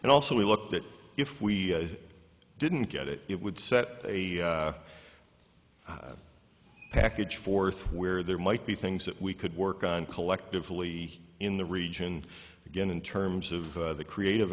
and also we look that if we didn't get it it would set a that package fourth where there might be things that we could work on collectively in the region again in terms of the creative